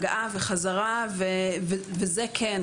וזה כן